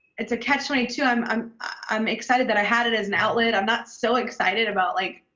it's a catch twenty two. i'm um i'm excited that i had it as an outlet. i'm not so excited about, like,